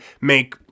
make